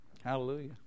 hallelujah